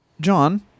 John